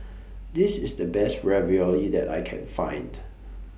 This IS The Best Ravioli that I Can Find